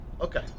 Okay